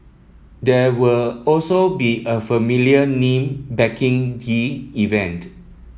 there will also be a familiar name backing the event